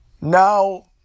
Now